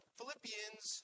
Philippians